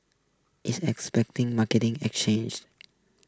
is expecting market exchanged